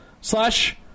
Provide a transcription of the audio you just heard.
slash